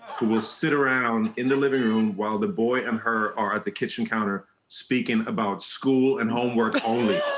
who will sit around in the living room, while the boy and her are at the kitchen counter, speaking about school and homework only.